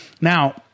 now